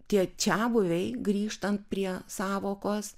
tie čiabuviai grįžtant prie sąvokos